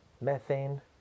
methane